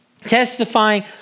testifying